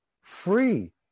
free